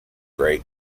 grey